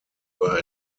were